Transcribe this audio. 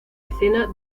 escena